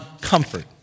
comfort